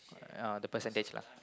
uh ya the percentage lah